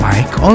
Mike